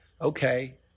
okay